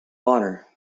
honor